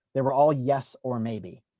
they were all yes or maybe.